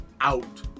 out